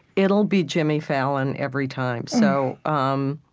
it'll be jimmy fallon every time. so um